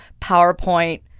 PowerPoint